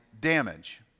damage